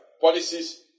policies